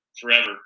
forever